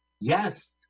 Yes